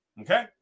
Okay